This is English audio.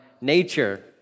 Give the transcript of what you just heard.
nature